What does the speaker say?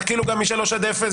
תקלו גם משלוש עד אפס,